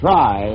Try